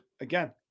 Again